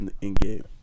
in-game